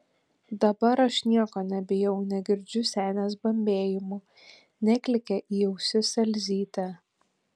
dabar aš nieko nebijau negirdžiu senės bambėjimų neklykia į ausis elzytė